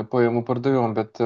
pajamų pardavimų bet